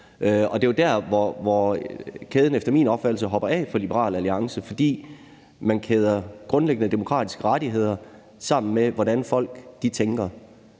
Og det er jo der, hvor kæden efter min opfattelse hopper af for Liberal Alliance, for man kæder grundlæggende demokratiske rettigheder sammen med, hvordan folk tænker.